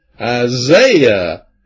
Isaiah